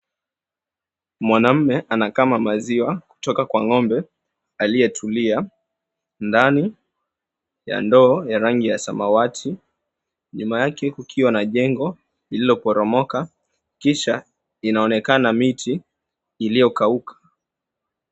Mwanaume anakama maziwa kutoka kwa ng'ombe aliyetulia ndani ya ndoo ya rangi ya samawati, nyuma yake kukiwa na jengo lililoporomoka kisha inaonekana miti iliyokauka.